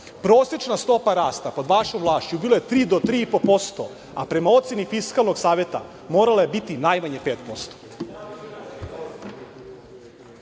Prosečna stopa rasta pod vašom vlašću bila je 3% do 3,5%, a prema oceni Fiskalnog saveta morala je biti najmanje 5%.Šta